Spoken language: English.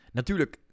Natuurlijk